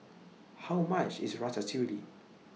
How much IS Ratatouille